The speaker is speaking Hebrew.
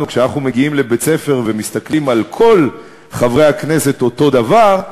כשאנחנו מגיעים לבית-ספר ומסתכלים על כל חברי הכנסת אותו דבר,